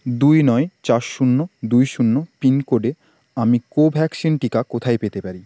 দুই নয় চার শূন্য দুই শূন্য পিনকোডে আমি কোভ্যাক্সিন টিকা কোথায় পেতে পারি